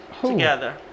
together